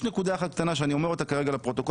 יש נקודה אחת קטנה שאני אומר אותה כרגע לפרוטוקול